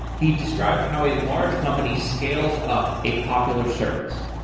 he described how a large-company scales up a popular service.